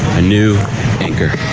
a new anchor.